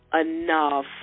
enough